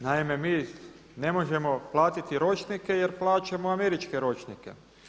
Naime, mi ne možemo platiti ročnike jer plaćamo američke ročnike.